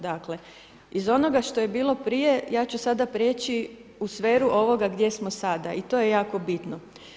Dakle iz onoga što je bilo prije ja ću sada prijeći u sferu ovoga gdje smo sada i to je jako bitno.